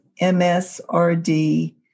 MSRD